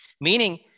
meaning